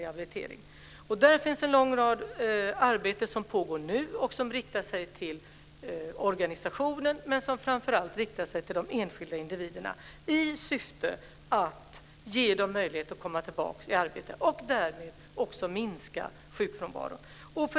Där pågår nu en lång rad arbeten som riktar sig dels till organisationer, dels och framför allt till de enskilda individerna i syfte att ge dem möjlighet att komma tillbaka i arbete och därmed minska sjukfrånvaron.